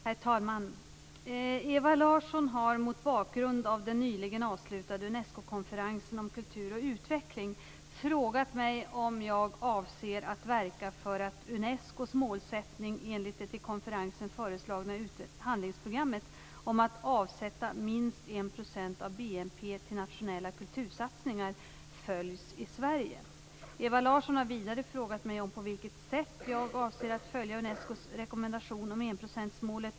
Herr talman! Ewa Larsson har mot bakgrund av den nyligen avslutade Unescokonferensen om kultur och utveckling frågat mig om jag avser att verka för att Unescos målsättning enligt det till konferensen föreslagna handlingsprogrammet om att avsätta minst Ewa Larsson har vidare frågat mig på vilket sätt jag avser att följa Unescos rekommendation om enprocentsmålet.